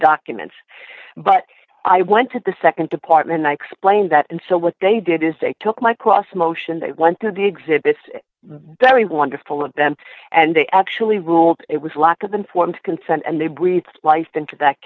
documents but i went to the nd department i explained that and so what they did is they took my cross motion they went to the exhibit very wonderful of them and they actually ruled it was lack of informed consent and they breathed life into that